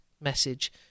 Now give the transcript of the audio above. message